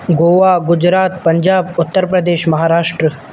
Goa Gujarat Punjab Uttar Pradesh Maharashtra